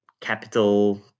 capital